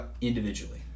individually